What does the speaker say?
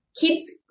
kids